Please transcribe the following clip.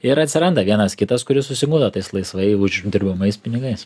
ir atsiranda vienas kitas kuris susigundo tais laisvai uždirbamais pinigais